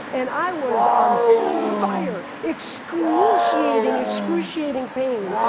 and i was on fire! excruciating, excruciating pain!